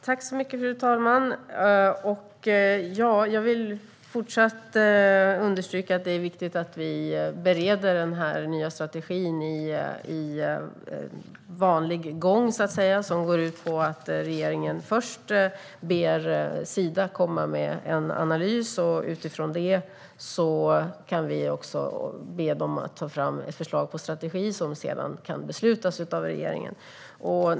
Fru talman! Jag vill fortsatt understryka att det är viktigt att vi bereder den nya strategin i vanlig ordning, som går ut på att regeringen först ber Sida att komma med en analys och att vi utifrån den ber dem att ta fram ett förslag till strategi som sedan kan beslutas av regeringen.